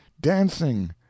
dancing